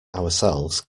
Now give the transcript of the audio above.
ourselves